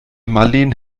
marleen